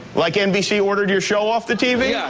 like nbc ordered your show off the tv? yeah